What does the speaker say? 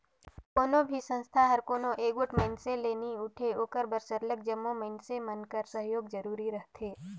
कोनो भी संस्था हर कोनो एगोट मइनसे ले नी उठे ओकर बर सरलग जम्मो मइनसे मन कर सहयोग जरूरी रहथे